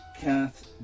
Kath